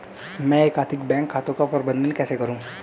मैं एकाधिक बैंक खातों का प्रबंधन कैसे करूँ?